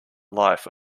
life